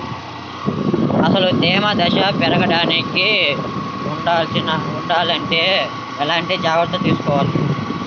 అసలు తేమ శాతం పెరగకుండా వుండాలి అంటే నేను ఎలాంటి జాగ్రత్తలు తీసుకోవాలి?